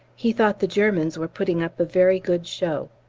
he thought the germans were putting up a very good show.